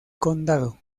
condado